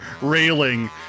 railing